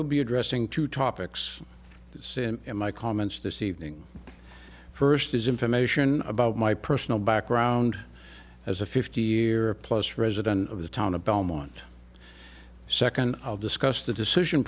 will be addressing two top x sin in my comments this evening the first is information about my personal background as a fifty year plus resident of the town of belmont second i'll discuss the decision